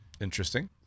Interesting